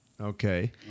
Okay